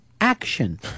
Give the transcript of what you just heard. action